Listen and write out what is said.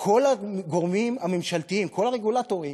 כל הגורמים הממשלתיים, כל הרגולטורים,